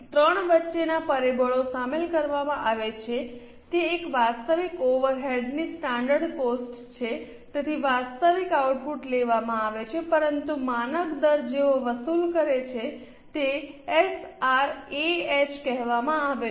3 વચ્ચેના પરિબળો શામેલ કરવામાં આવે છે તે એક વાસ્તવિક ઓવરહેડ્સની સ્ટાન્ડર્ડ કોસ્ટ છે તેથી વાસ્તવિક આઉટપુટ લેવામાં આવે છે પરંતુ માનક દર જેવો વસૂલ કરે છે તેને એસઆરએએચ કહેવામાં આવે છે